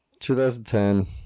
2010